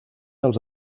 els